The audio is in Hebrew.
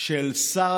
של שר